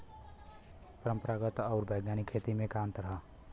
परंपरागत आऊर वैज्ञानिक खेती में का अंतर ह?